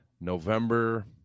November